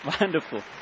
Wonderful